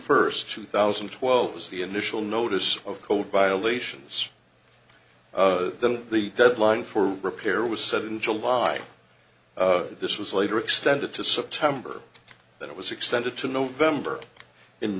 first two thousand and twelve as the initial notice of code violations of them the deadline for repair was set in july this was later extended to september that it was extended to november in